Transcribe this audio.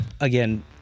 again